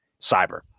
cyber